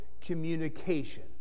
communication